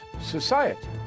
society